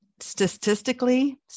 statistically